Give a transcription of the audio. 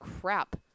crap